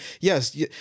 yes